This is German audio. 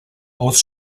aus